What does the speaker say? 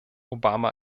obama